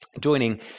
Joining